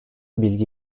bilgi